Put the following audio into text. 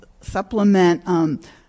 supplement